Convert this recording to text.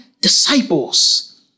disciples